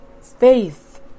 Faith